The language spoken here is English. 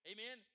Amen